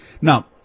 Now